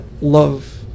love